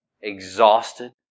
exhausted